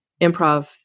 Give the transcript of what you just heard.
improv